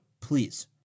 Please